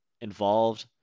involved